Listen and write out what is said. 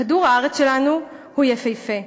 כדור-הארץ שלנו הוא יפהפה,